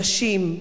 נשים,